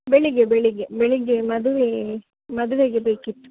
ಬೆಳಿಗ್ಗೆ ಬೆಳಿಗ್ಗೆ ಬೆಳಿಗ್ಗೆ ಮದುವೆ ಮದುವೆಗೆ ಬೇಕಿತ್ತು